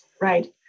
Right